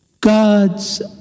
God's